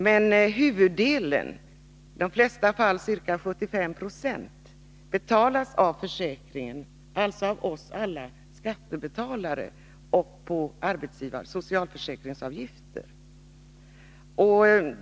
Men huvuddelen av kostnaden, i de flesta fall 75 Jo, betalas av försäkringen — alltså av oss alla skattebetalare och genom socialförsäkringsavgifter.